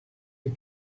you